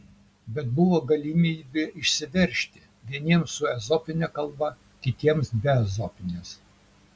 bet buvo galimybė išsiveržti vieniems su ezopine kalba kitiems be ezopinės